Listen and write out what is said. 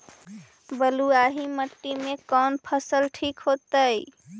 बलुआही मिट्टी में कौन फसल ठिक होतइ?